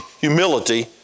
humility